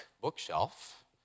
bookshelf